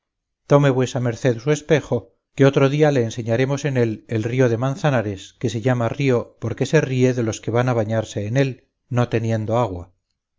tome vuesa merced su espejo que otro día le enseñaremos en él el río de manzanares que se llama río porque se ríe de los que van a bañarse en él no teniendo agua